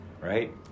Right